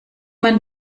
man